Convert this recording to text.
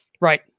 Right